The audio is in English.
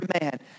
man